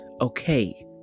okay